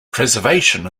preservation